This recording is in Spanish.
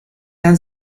han